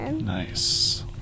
Nice